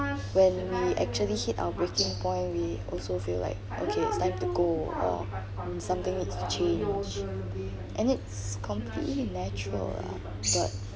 when we actually hit our breaking point we also feel like okay it's time to go or something needs to change and it's completely natural lah but